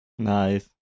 nice